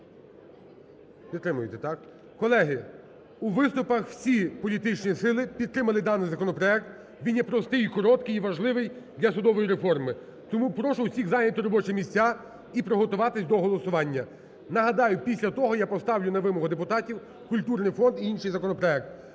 Колеги, у виступах всі політичні сили підтримали даний законопроект. Він є простий і короткий, і важливий для судової реформи. Тому прошу усіх зайняти робочі місця і приготуватись до голосування. Нагадаю, після того, я поставлю на вимогу депутатів культурний фонд і інший законопроект.